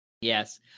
Yes